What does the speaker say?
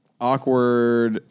awkward